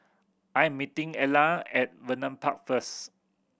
I am meeting Ilah at Vernon Park first